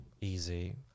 easy